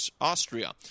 Austria